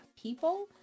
people